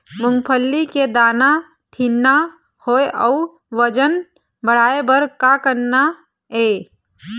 मूंगफली के दाना ठीन्ना होय अउ वजन बढ़ाय बर का करना ये?